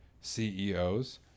CEOs